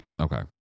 okay